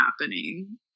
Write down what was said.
happening